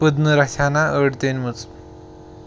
پٔدنہٕ رَژھِ ہنا أڈ تہِ أنۍ مٕژ